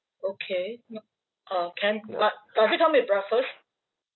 okay uh can but does it come with breakfast